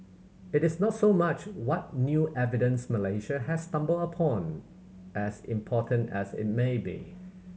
it is not so much what new evidence Malaysia has stumbled upon as important as it may be